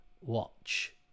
watch